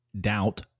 Doubt